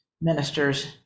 ministers